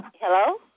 Hello